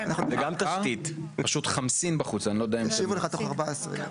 המוסמך הוא זה שקובע איך יפנו אליו.